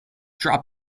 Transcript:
drop